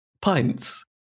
pints